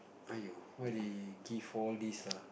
!aiyo! why they give all this lah